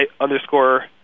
underscore